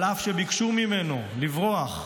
אף שביקשו ממנו לברוח,